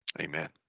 Amen